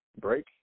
break